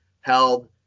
held